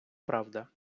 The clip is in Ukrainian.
правда